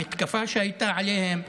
המתקפה שהייתה עליהם,